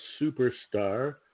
superstar